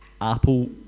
Apple